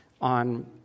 on